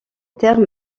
terme